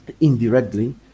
indirectly